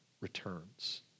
returns